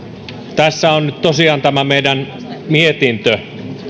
tässä on nyt tosiaan tämä meidän mietintömme